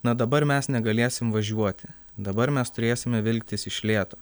na dabar mes negalėsim važiuoti dabar mes turėsime vilktis iš lėto